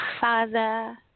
Father